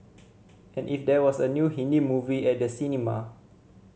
and if there was a new Hindi movie at the cinema